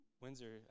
Windsor